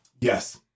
Yes